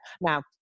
Now